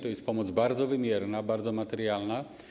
To jest pomoc bardzo wymierna, bardzo materialna.